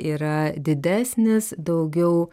yra didesnis daugiau